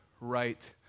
right